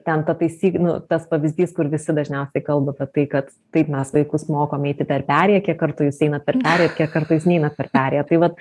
ten ta taisykl nu tas pavyzdys kur visi dažniausiai kalba apie tai kad taip mes vaikus mokom eiti per perėją kartu jūs einat per perėją kartais neinat per perėją tai vat